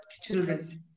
children